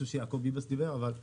יעקב ביבאס דיבר על זה.